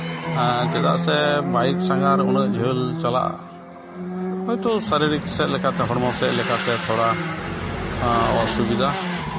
ᱪᱮᱫᱟᱜ ᱥᱮ ᱵᱟᱭᱤᱠ ᱥᱟᱸᱜᱷᱟᱨ ᱩᱱᱟᱹᱜ ᱡᱷᱟᱹᱞ ᱪᱟᱞᱟᱜ ᱦᱚᱭᱛᱳ ᱥᱟᱨᱤᱨᱤᱠ ᱥᱮᱫ ᱞᱮᱠᱟᱛᱮ ᱦᱚᱲᱢᱚ ᱥᱮᱫ ᱞᱮᱠᱟᱛᱮ ᱛᱷᱚᱲᱟ ᱚᱥᱩᱵᱤᱫᱷᱟ